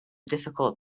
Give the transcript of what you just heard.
difficult